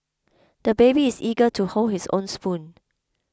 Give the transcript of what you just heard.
the baby is eager to hold his own spoon